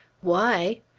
why?